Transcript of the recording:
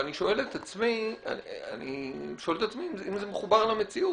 ואני שואל את עצמי אם זה מחובר למציאות.